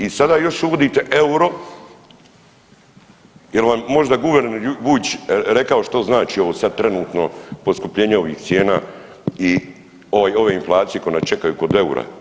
I sada još uvodite euro jer vam možda guverner Vujčić rekao što znači ovo sad trenutno poskupljenje ovih cijena i ove inflacije koje nas čekaju kod eura?